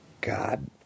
God